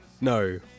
No